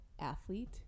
Athlete